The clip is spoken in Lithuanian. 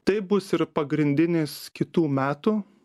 tai bus ir pagrindinis kitų metų